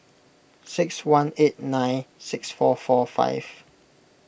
six one eight nine six four four five